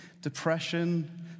depression